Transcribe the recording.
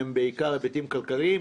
הם בעיקר היבטים כלכליים.